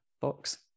box